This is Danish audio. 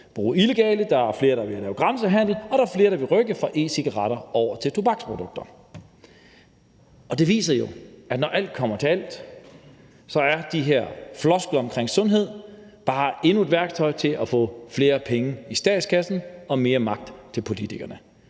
bruge illegale, der er flere, der vil handle over grænsen, og der er flere, der vil rykke fra e-cigaretter over til tobaksprodukter. Det viser jo, at når alt kommer til alt, er de her floskler omkring sundhed bare endnu et værktøj til at få flere penge i statskassen og mere magt til politikerne.